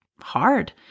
hard